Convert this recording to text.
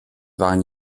waren